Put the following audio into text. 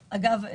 אגב,